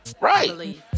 Right